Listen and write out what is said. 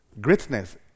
Greatness